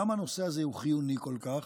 למה הנושא הזה חיוני כל כך,